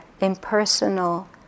impersonal